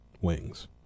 wings